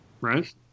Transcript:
right